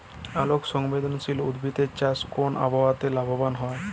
আলোক সংবেদশীল উদ্ভিদ এর চাষ কোন আবহাওয়াতে লাভবান হয়?